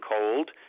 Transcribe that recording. cold